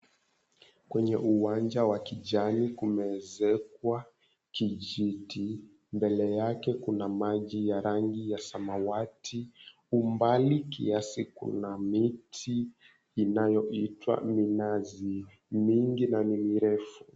Kwenye uwanja wa kijani, kumeezekwa kijiti. Mbele yake kuna maji ya rangi ya samawati. Umbali kiasi kuna miti inayoitwa minazi. Ni mingi na ni mirefu.